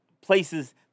places